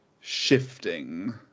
shifting